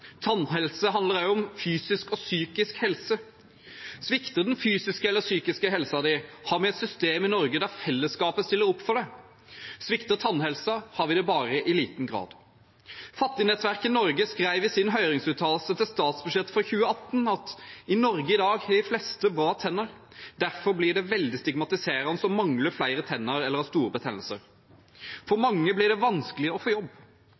Tannhelse handler også om fysisk og psykisk helse. Svikter den fysiske eller psykiske helsen din, har vi et system i Norge der fellesskapet stiller opp for deg. Svikter tannhelsen, har vi det bare i liten grad. Fattignettverket Norge skrev i sin høringsuttalelse til statsbudsjettet for 2018: «I Norge i dag har de fleste bra tenner, det blir derfor veldig stigmatiserende å mangle flere tenner eller ha store betennelser. For mange blir det vanskelig å få jobb.»